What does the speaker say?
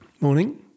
Morning